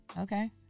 Okay